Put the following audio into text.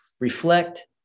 reflect